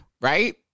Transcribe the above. Right